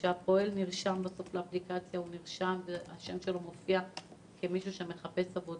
כשהפועל נרשם לאפליקציה השם שלו מופיע כמישהו שמחפש עבודה,